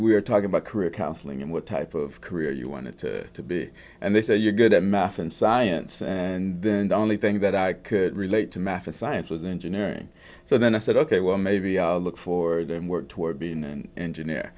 were talking about career counseling and what type of career you wanted to be and they said you're good at math and science and then the only thing that i could relate to math or science was engineering so then i said ok well maybe i'll look for that and work toward being an engineer